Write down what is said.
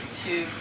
two